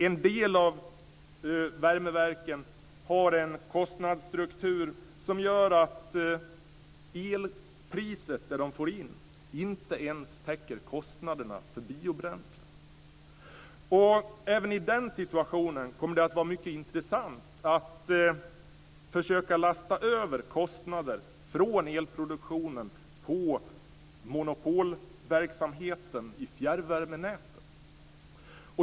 En del av värmeverken har en kostnadsstruktur som gör att elpriset inte ens täcker kostnaderna för biobränslet. Även i den situationen kommer det att vara mycket intressant att försöka lasta över kostnader från elproduktionen till monopolverksamheten i fjärrvärmenäten.